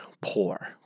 poor